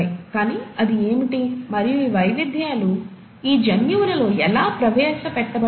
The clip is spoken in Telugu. కానీ అది ఏమిటి మరియు ఈ వైవిధ్యాలు ఈ జన్యువులలో ఎలా ప్రవేశపెట్టబడ్డాయి